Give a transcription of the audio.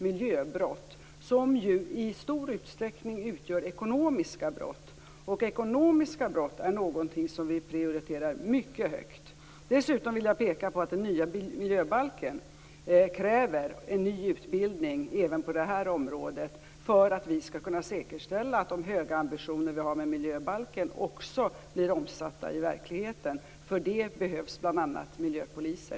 Miljöbrotten är ju i stor utsträckning ekonomiska brott, och ekonomiska brott är något som vi prioriterar mycket högt. Dessutom vill jag peka på att den nya miljöbalken kräver en ny utbildning även på detta område för att vi skall kunna säkerställa att de höga ambitioner vi har med miljöbalken också blir omsatta i praktiken. För det behövs bl.a. miljöpoliser.